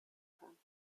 kann